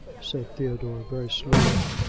said theodore, very slowly.